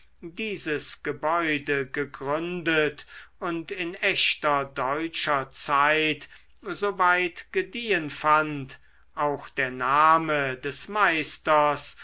dieses gebäude gegründet und in echter deutscher zeit so weit gediehen fand auch der name des meisters